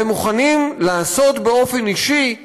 והם מוכנים לעשות באופן אישי,